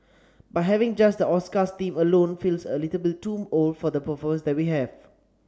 but having just the Oscars theme alone feels a little bit too old for the performers that we have